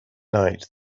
night